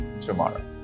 tomorrow